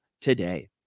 today